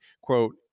quote